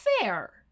fair